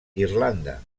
irlanda